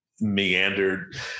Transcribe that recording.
meandered